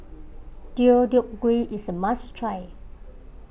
Deodeok Gui is a must try